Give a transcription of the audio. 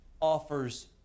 offers